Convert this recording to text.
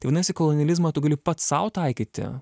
tai vadinasi kolonializmą tu gali pats sau taikyti